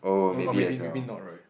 uh maybe maybe maybe not right